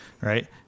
Right